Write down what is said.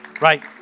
right